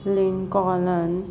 ਲੀਕੋਨਨ